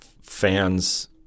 fans